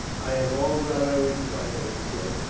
i have all that i require, he said.